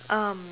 um